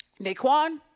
Naquan